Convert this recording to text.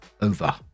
over